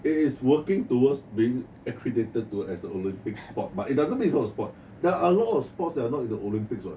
it is working towards being accredited to as the olympic sport but it doesn't mean it's not a sport there are lot of sports that are not in the olympics what